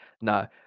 no